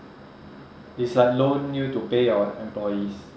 it's like loan you to pay your employees